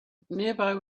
nearby